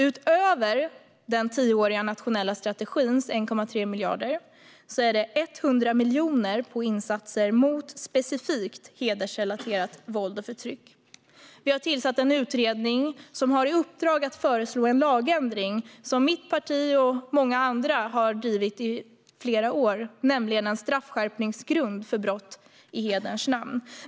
Utöver den tioåriga nationella strategins 1,3 miljarder har vi satsat 100 miljoner på insatser specifikt mot hedersrelaterat våld och förtryck. Vi har tillsatt en utredning som har i uppdrag att föreslå en lagändring som mitt parti och många andra har drivit i flera år, nämligen en straffskärpningsgrund för brott i hederns namn.